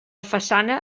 façana